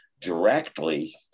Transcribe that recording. directly